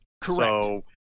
Correct